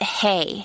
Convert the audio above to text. hey